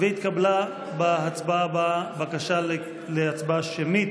התקבלה להצבעה הבאה בקשה להצבעה שמית,